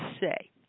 say